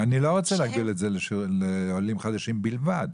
אני לא רוצה להגביל את זה לעולים חדשים בלבד.